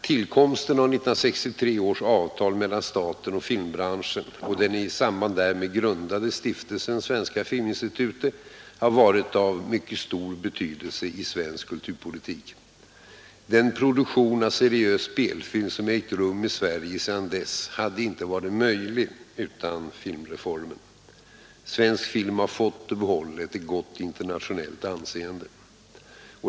Tillkomsten av 1963 års avtal mellan staten och filmbranschen och den i samband därmed grundade stiftelsen Svenska filminstitutet har varit av mycket stor betydelse i svensk kulturpolitik. Den produktion av seriös spelfilm som ägt rum i Sverige sedan dess hade inte varit möjlig utan denna filmreform. Svensk film har fått och behållit ett gott internationellt anseende.